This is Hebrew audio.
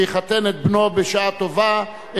שיחתן את בנו בשעה טובה,